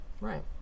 Right